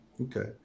okay